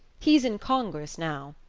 he's in congress now.